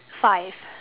five